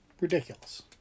ridiculous